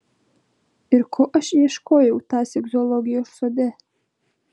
ir ko aš ieškojau tąsyk zoologijos sode